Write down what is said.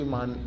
Man